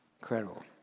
Incredible